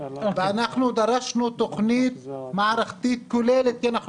ואנחנו דרשנו תוכנית מערכתית כוללת כי אנחנו